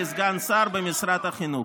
לסגן שר במשרד החינוך.